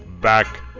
Back